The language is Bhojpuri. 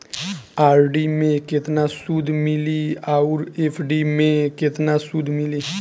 आर.डी मे केतना सूद मिली आउर एफ.डी मे केतना सूद मिली?